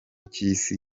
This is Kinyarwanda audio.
cy’isi